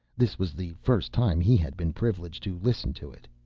this was the first time he had been privileged to listen to it.